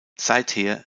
seither